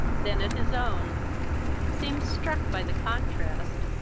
then at his own seemed struck by the contrast,